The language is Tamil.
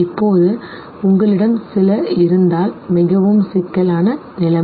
இப்போது உங்களிடம் சில இருந்தால் மிகவும் சிக்கலான நிலைமை